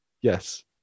yes